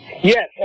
Yes